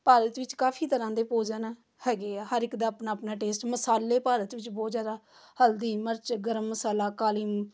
ਭਾਰਤ ਵਿੱਚ ਕਾਫ਼ੀ ਤਰ੍ਹਾਂ ਦੇ ਭੋਜਨ ਆ ਹੈਗੇ ਆ ਹਰ ਇੱਕ ਦਾ ਆਪਣਾ ਆਪਣਾ ਟੇਸਟ ਮਸਾਲੇ ਭਾਰਤ ਵਿੱਚ ਬਹੁਤ ਜ਼ਿਆਦਾ ਹਲਦੀ ਮਿਰਚ ਗਰਮ ਮਸਾਲਾ ਕਾਲੀ ਮ